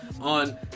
on